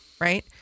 Right